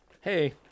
hey